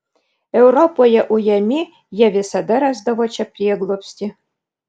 europoje ujami jie visada rasdavo čia prieglobstį